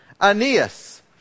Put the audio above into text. Aeneas